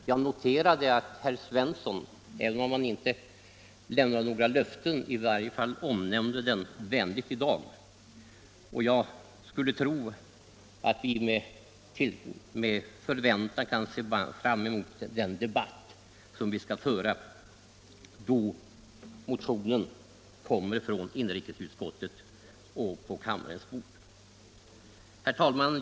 Jag noterade att herr Svensson i Eskilstuna, även om han inte lämnade några löften, i varje fall omnämnde motionen vänligt i dag. Och jag skulle tro att vi med förväntan kan se fram emot den debatt som vi skall föra då motionen efter behandlingen i inrikesutskottet kommer på kammarens bord. Herr talman!